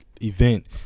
event